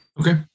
Okay